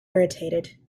irritated